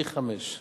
פי חמישה